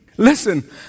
Listen